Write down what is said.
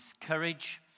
courage